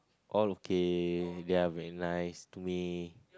all okay they're very nice to me